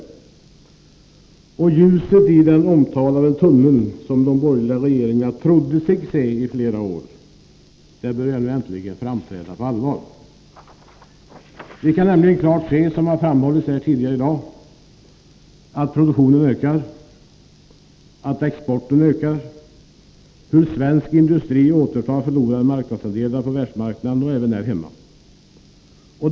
Ljuset i den omtalade tunneln som de borgerliga regeringarna trodde sig se i flera år börjar äntligen framträda på allvar. Som det har framhållits tidigare i dag kan vi nämligen klart se hur produktionen ökar, hur exporten ökar och hur svensk industri återtar förlorade marknadsandelar på världsmarknaden och även här hemma.